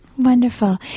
Wonderful